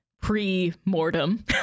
pre-mortem